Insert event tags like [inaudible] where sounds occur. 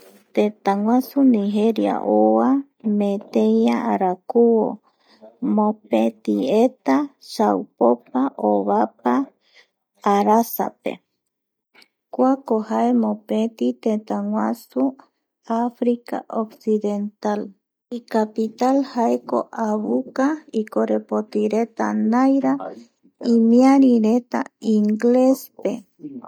Tétäguasu Nigeria oa meteia arakuvo mopeti eta chaupopa ovapa arasape kuako jae mopeti tëtäguasu africa occidental icapital jaeko abuka ikorepotireta naira [noise] imiarireta [noise] inglespe